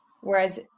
Whereas